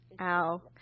Ow